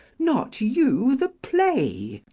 not you the play,